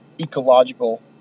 ecological